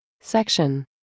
Section